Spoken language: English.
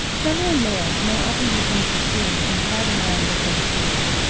several males may often be seen pursuing and crowding round the same female.